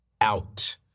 out